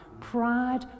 Pride